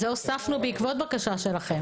את זה הוספנו בעקבות בקשה שלכם.